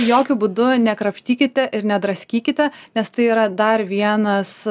jokiu būdu nekrapštykite ir nedraskykite nes tai yra dar vienas